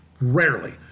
rarely